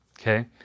okay